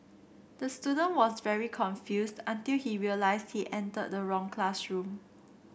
the student was very confused until he realised he entered the wrong classroom